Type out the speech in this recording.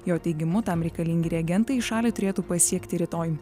jo teigimu tam reikalingi reagentai šalį turėtų pasiekti rytoj